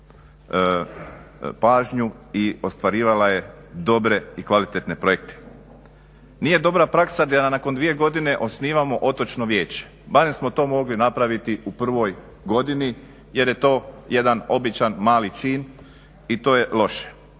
pažnju i ostvarivala je dobre i kvalitetne projekte. Nije dobra praksa da nakon dvije godine osnivamo Otočno vijeće, barem smo to mogli napraviti u prvoj godini jer je to jedan običan mali čin i to je loše.